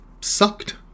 sucked